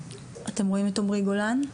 את רואים את עמרי גולן?